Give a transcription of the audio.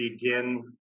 begin